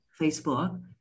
Facebook